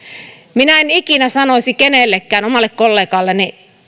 minä en ikinä sanoisi kenellekään omalle kollegalleni